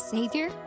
Savior